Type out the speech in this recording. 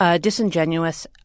disingenuous